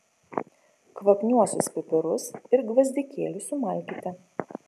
kvapniuosius pipirus ir gvazdikėlius sumalkite